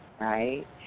right